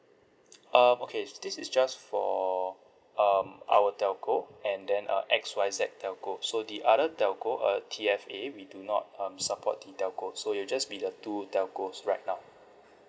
um okay this is just for um our telco and then uh X Y Z telco so the other telco uh T F A we do not um support the telco so it'll just be the two telcos right now